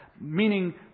meaning